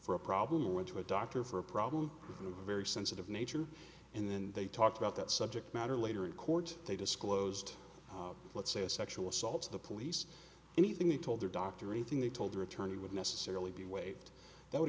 for a problem or went to a doctor for a problem with a very sensitive nature and then they talked about that subject matter later in court they disclosed let's say a sexual assault to the police anything they told their doctor anything they told her attorney would necessarily be waived that would